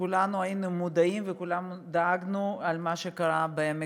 וכולנו היינו מודעים ודאגנו בשל מה שקרה בעמק-חפר.